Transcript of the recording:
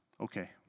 Okay